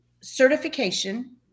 certification